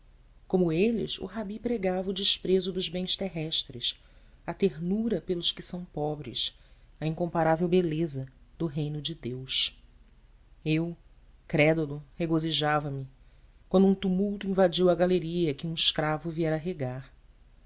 como eles o rabi pregava o desprezo dos bens terrestres a ternura pelos que são pobres a incomparável beleza do reino de deus eu crédulo regozijava me quando um tumulto invadiu a galeria que um escravo viera regar